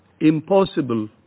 impossible